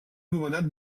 nomenat